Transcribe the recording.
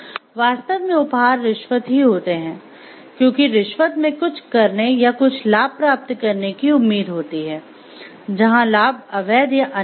वास्तव में उपहार रिश्वत ही होते हैं क्योंकि रिश्वत में कुछ करने या कुछ लाभ प्राप्त करने की उम्मीद होती है जहां लाभ अवैध या अनैतिक है